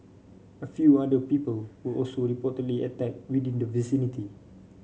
a few other people were also reportedly attacked within the vicinity